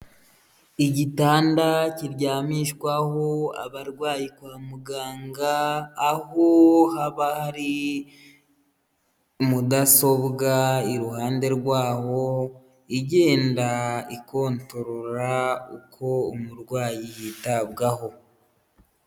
Igitanda kiryamishwaho abarwayi kwa muganga aho haba hari mudasobwa, iruhande rwaho igenda ikontorora uko umurwayi yitabwaho.